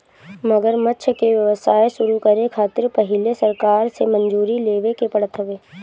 मगरमच्छ के व्यवसाय शुरू करे खातिर पहिले सरकार से मंजूरी लेवे के पड़त हवे